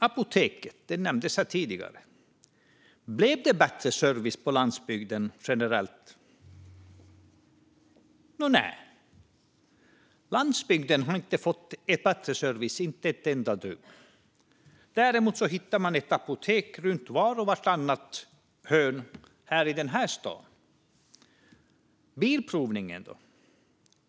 Apoteket nämndes här tidigare. Blev det generellt bättre service på landsbygden? Nej, landsbygden har inte fått ett dugg bättre service. Däremot hittar man ett apotek runt vart och vartannat hörn i den här staden. Bilprovningen då?